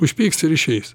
užpyks ir išeis